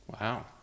Wow